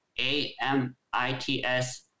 A-M-I-T-S